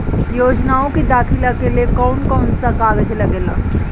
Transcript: योजनाओ के दाखिले के लिए कौउन कौउन सा कागज लगेला?